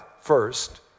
first